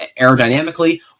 aerodynamically